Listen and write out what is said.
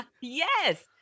Yes